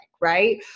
right